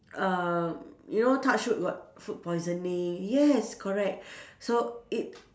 um you know touch wood got food poisoning yes correct so it